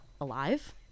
alive